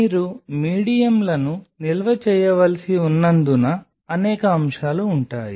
మీరు మీడియంలను నిల్వ చేయవలసి ఉన్నందున అనేక అంశాలు ఉంటాయి